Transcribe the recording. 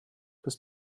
bis